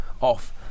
off